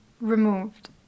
removed